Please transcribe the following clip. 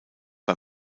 bei